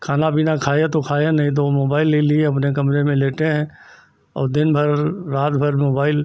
खाना पीना खाया तो खाया नहीं तो वह मोबाइल ले लिए अपने कमरे में लेटे हैं और दिनभर रातभर मोबाइल